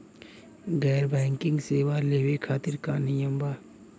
गैर बैंकिंग सेवा लेवे खातिर का नियम बा?